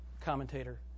commentator